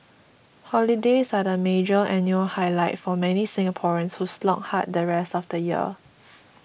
holidays are the major annual highlight for many Singaporeans who slog hard the rest of the year